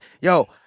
Yo